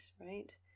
right